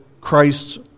Christ